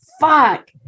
fuck